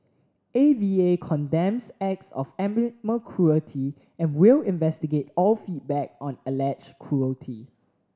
A V A condemns acts of animal cruelty and will investigate all feedback on alleged cruelty